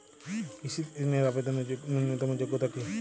কৃষি ধনের আবেদনের ন্যূনতম যোগ্যতা কী?